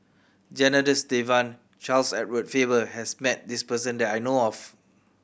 Janadas Devan and Charles Edward Faber has met this person that I know of